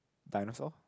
dinosaur